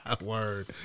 Word